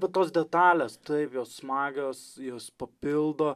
va tos detalės taip jos smagios jos papildo